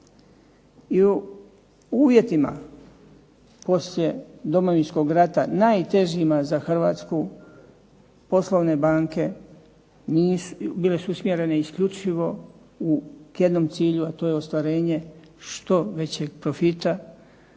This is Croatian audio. I u uvjetima poslije Domovinskog rata najtežima za Hrvatsku poslovne banke, bile su usmjerene isključivo u jednom cilju, a to je ostvarenje što većeg profita,